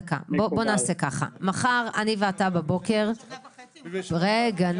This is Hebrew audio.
בוא ונעשה כך: מחר בבוקר אני ואתה -- שנה וחצי --- רגע,